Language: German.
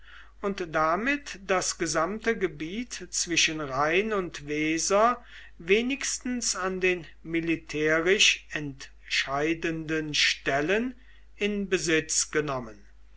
und damit das gesamte gebiet zwischen rhein und weser wenigstens an den militärisch entscheidenden stellen in besitz genommen